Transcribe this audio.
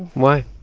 why?